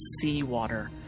seawater